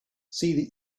see